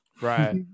right